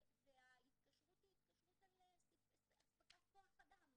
וההתקשרות היא התקשרות על אספקת כוח אדם.